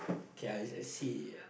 okay I I see